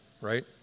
right